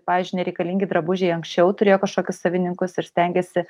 pavyzdžiui nereikalingi drabužiai anksčiau turėjo kažkokius savininkus ir stengiasi